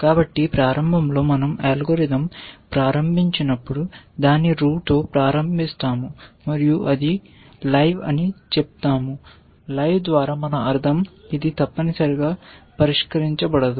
కాబట్టి ప్రారంభంలో మనం అల్గోరిథం ప్రారంభించినప్పుడు దాన్ని రూట్తో ప్రారంభిస్తాము మరియు అది లైవ్ అని చెప్తాము లైవ్ ద్వారా మనం అర్థం ఇది తప్పనిసరిగా పరిష్కరించబడదు